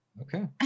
Okay